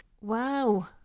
Wow